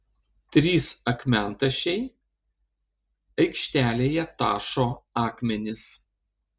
trys akmentašiai aikštelėje tašo akmenis